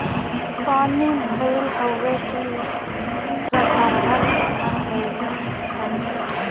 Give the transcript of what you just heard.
पानी भईल हउव कि सब अरहर मर गईलन सब